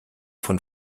von